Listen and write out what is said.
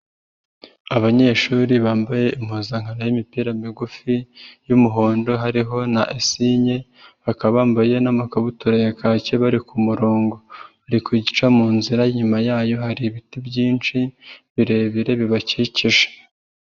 Abanyeshuri bambaye impuzankano y'imipira migufi y'umuhondo hariho na esinye, bakaba bambaye n'amakabutura ya kake bari ku murongo bari kwica mu nzira, inyuma yayo hari ibiti byinshi birebire bibakikije.